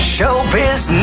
Showbiz